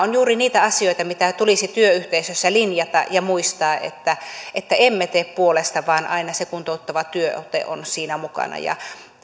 ovat juuri niitä asioita mitä tulisi työyhteisössä linjata ja muistaa että että emme tee puolesta vaan aina se kuntouttava työote on siinä mukana ja